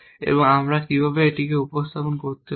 এবং আমরা কীভাবে এটিকে উপস্থাপন করতে পারি